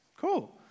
cool